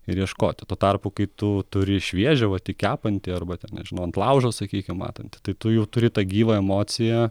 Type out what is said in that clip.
ir ieškoti tuo tarpu kai tu turi šviežią va tik kepantį arba ten nežinau ant laužo sakykim matant tai tu jau turi tą gyvą emociją